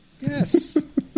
Yes